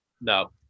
No